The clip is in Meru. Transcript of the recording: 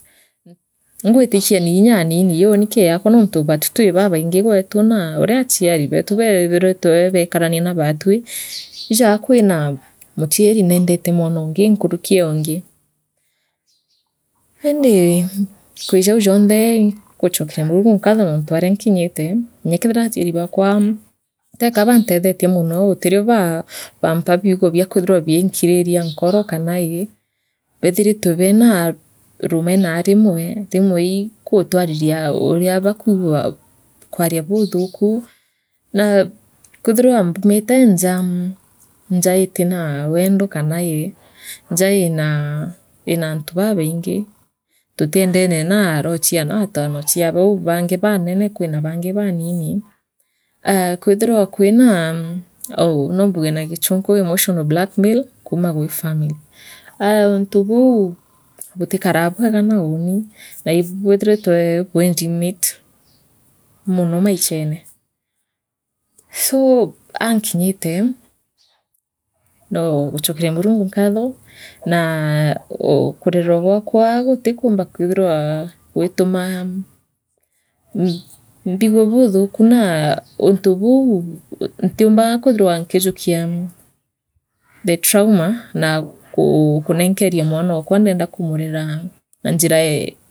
Nn ingwitikia nii nyaanini uuni kiakwa nontu batwitwi babaingi gwetu naa uria achiari bee beetu beethiritwe beekarania naa batwi ijaa kwina muchiari neendete mwanongi nkuruierungi indii kwi jau jonthe inguchokeria Murungu nkatho nontu ana nkinyite nyaa kethira achiari baakwa teka baanthethetie mono gutirio baa bampa biugo bia kwithira biikiriria nkoro kanaii bethirite beena rumena rimwe ii iigutwariria uria bakwigua kwaria buuthuku naa kwithirwa mbumite njaa njaa itina wendo kana ii njaa inaa antu babaingi tutiendene naarochia naatanochia bau bangi baanene kwina bangi baanini kwithira kwinaa oo noombuge na gichunku emotional blackmail kuuma gwi family aa ountu buu butikara bwega naauni bwithiritwe bii ndimit mono maichene soo aa nkinyite noo guchokeria Murungu nkatho naa uu kurerwa gwakwa gutikumba kwithirwa gwituma nn mbigua buuthuku naa untu buu ntiumba kwthirwa nkijukia trauma na ku kurenkeria mwanokwa ndienda kumurera na njira ee.